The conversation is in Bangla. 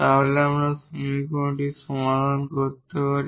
তাহলে আমরা এই সমীকরণটি সমাধান করতে পারি